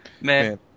man